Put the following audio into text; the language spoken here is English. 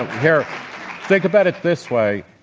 ah they're think about it this way.